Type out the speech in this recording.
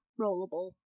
rollable